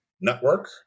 network